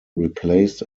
replaced